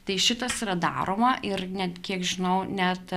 tai šitas yra daroma ir net kiek žinau net